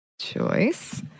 Choice